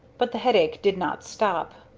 but the headache did not stop,